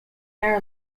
air